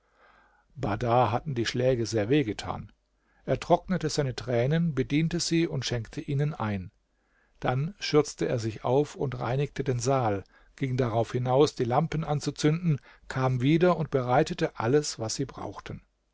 bahdar hatten die schläge sehr weh getan er trocknete seine tränen bediente sie und schenkte ihnen ein dann schürzte er sich auf und reinigte den saal ging darauf hinaus die lampen anzuzünden kam wieder und bereitete alles was sie brauchten